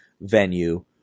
venue